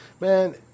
Man